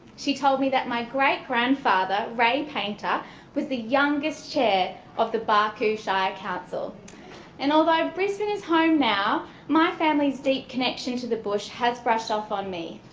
she told me that my great grandfather ray paynter was the youngest chair of the barcoo shire council and although brisbane is home now my family's deep connection to the bush has brushed off on me.